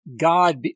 God